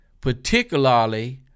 particularly